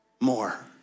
more